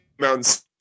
mountains